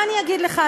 מה אני אגיד לך,